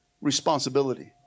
responsibility